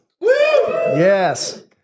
Yes